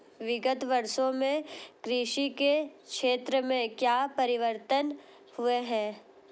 विगत वर्षों में कृषि के क्षेत्र में क्या परिवर्तन हुए हैं?